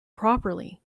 properly